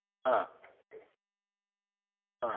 हा हा